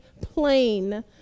plain